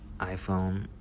iPhone